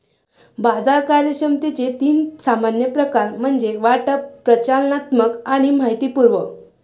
बाजार कार्यक्षमतेचे तीन सामान्य प्रकार म्हणजे वाटप, प्रचालनात्मक आणि माहितीपूर्ण